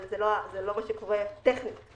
זה לא מה שקורה טכנית.